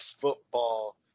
football